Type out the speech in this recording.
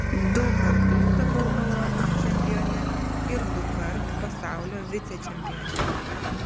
du kartus tapau europos čempione ir dukart pasaulio vicečempione